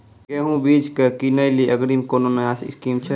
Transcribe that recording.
गेहूँ बीज की किनैली अग्रिम कोनो नया स्कीम छ?